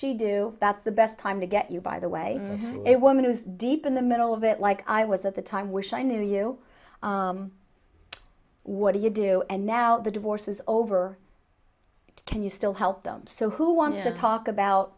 she do that's the best time to get you by the way it woman is deep in the middle of it like i was at the time wish i knew you what do you do and now the divorce is over can you still help them so who wants to talk about